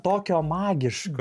tokio magiško